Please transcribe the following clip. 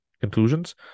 conclusions